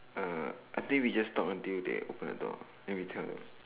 uh I think we talk until they open the door and then we tell them